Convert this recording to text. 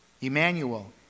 Emmanuel